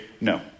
no